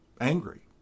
angry